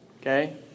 Okay